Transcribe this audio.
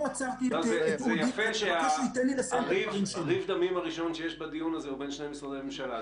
זה יפה שריב הדמים הראשון שיש בדיון הזה הוא בין שני משרדי ממשלה.